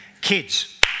Kids